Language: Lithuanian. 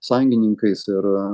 sąjungininkais ir